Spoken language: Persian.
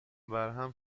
وبرهم